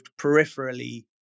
peripherally